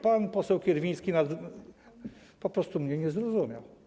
Pan poseł Kierwiński po prostu mnie nie zrozumiał.